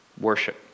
worship